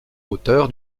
auteur